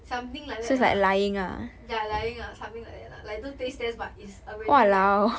something like that lah ya lying ah something like that lah like do taste test but is already like